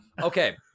Okay